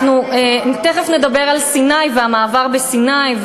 תכף נדבר על סיני והמעבר בסיני,